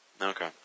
Okay